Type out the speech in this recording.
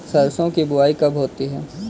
सरसों की बुआई कब होती है?